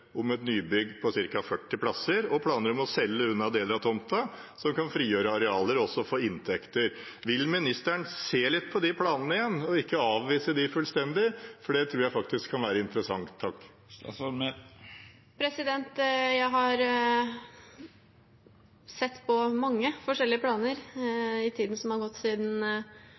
om et nybygg på ca. 40 plasser og planer om å selge unna deler av tomten så man kan frigjøre arealer og også få inntekter. Vil ministeren se litt på de planene igjen, ikke avvise dem fullstendig? Det tror jeg faktisk kan være interessant. Jeg har sett på mange forskjellige planer i tiden som har gått siden